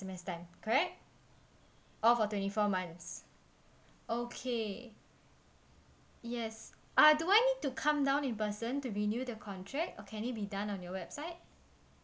S_M_S time correct all for twenty four months okay yes uh do I need to come down in person to renew the contract or can it be done on your website